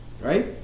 Right